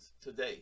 Today